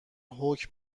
حکم